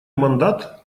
мандат